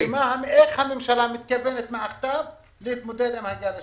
איך הממשלה מתכוונת מעכשיו להתמודד עם הגל השלישי.